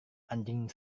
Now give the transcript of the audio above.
anjing